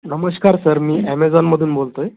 नमस्कार सर मी ॲमेझॉनमधून बोलतोय